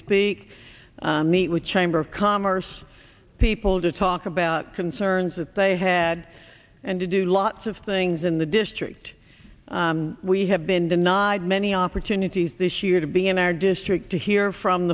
speak meet with chamber of commerce people to talk about concerns that they had and to do lots of things in the district we have been denied many opportunities this year to be in our district to hear from